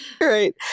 Right